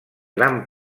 gran